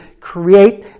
create